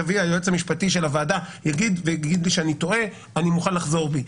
יגיד לי היועץ המשפטי של הוועדה שאני טועה אני מוכן לחזור בי.